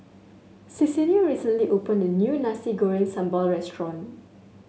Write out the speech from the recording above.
Cecelia recently opened a new Nasi Goreng Sambal Restaurant